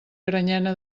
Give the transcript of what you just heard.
granyena